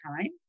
time